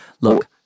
Look